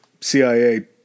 CIA